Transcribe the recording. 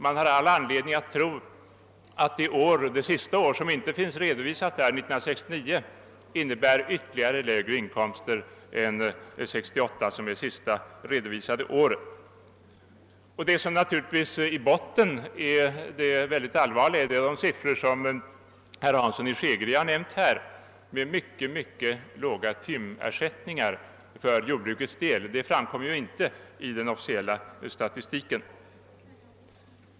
Man har all anledning tro att 1969 kommer att visa ännu lägre inkomster än 1968 som är det sista redovisade året. Vad som naturligtvis är mycket allvarligt är de siffror som herr Hansson i Skegrie har nämnt med mycket låga timersättningar för jordbrukets del, något som inte framgår av den officiella statistiken.